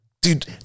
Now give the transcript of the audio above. dude